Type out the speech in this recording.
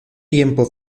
tiempo